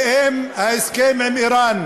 ואם ההסכם עם איראן,